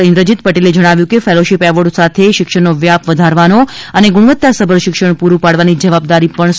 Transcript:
ઇન્દ્રજીત ટેલે જણાવ્યું કે ફેલોશી એવોર્ડ સાથે શિક્ષણનો વ્યા વધારવાનો અને ગુણવત્તાસભર શિક્ષણ પુરું ાડવાની જવાબદારી ણ સોં વામાં આવી છે